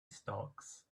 stocks